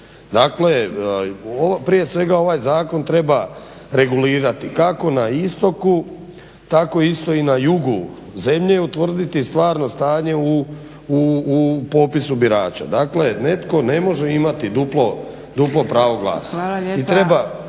Dakle, prije svega ovaj zakon treba regulirati kako na istoku, tako isto i na jugu zemlje utvrditi stvarno stanje u popisu birača. Dakle, netko ne može imati duplo pravo glasa. I treba,